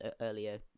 earlier